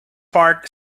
part